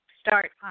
start